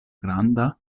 granda